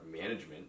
management